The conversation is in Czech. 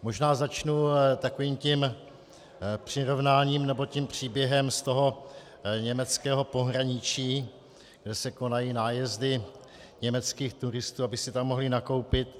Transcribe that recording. Možná začnu takovým tím přirovnáním nebo příběhem z toho německého pohraničí, kde se konají nájezdy německých turistů, aby si tam mohli nakoupit.